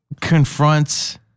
confronts